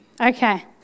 Okay